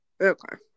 Okay